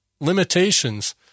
limitations